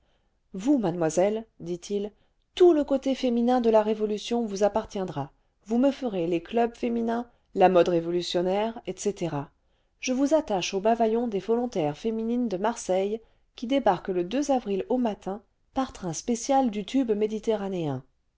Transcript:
vous mademoiselle dit-il tout le côté féminin de la révolution vous appartiendra vous me ferez les clubs féminins la mode révolutionnaire etc je vous attache an bataillon des volontaires féminines de marseille qui débarque le avril au matin par train spécial du tube méditerranéen